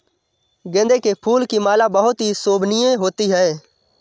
गेंदे के फूल की माला बहुत ही शोभनीय होती है